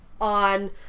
on